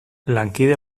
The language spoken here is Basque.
lankide